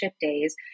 days